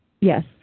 yes